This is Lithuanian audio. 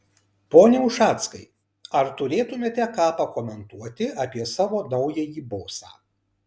pone ušackai ar turėtumėte ką pakomentuoti apie savo naująjį bosą